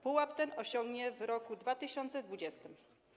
Pułap ten osiągnie w roku 2020.